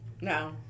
No